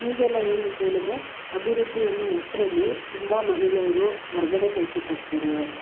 ಈಗೆಲ್ಲಾ ಏನು ಅಂತ್ಹೇಳಿದ್ರೆ ಅಭಿವೃದ್ದಿ ಅನ್ನೋ ಹೆಸ್ರಲ್ಲಿ ತುಂಬ ಮಹಿಳೆಯರು ಹೊರ್ಗಡೆ ಕೆಲ್ಸಕ್ಕೆ ಹೋಗ್ತಾರೆ